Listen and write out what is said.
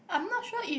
I'm not sure if